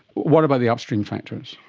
what about the upstream factors?